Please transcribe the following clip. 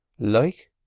like?